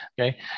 Okay